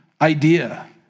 idea